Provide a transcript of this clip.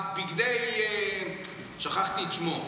עם בגדי, שכחתי את שמו,